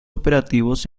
operativos